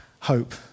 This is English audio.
hope